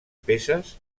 peces